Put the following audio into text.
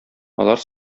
алар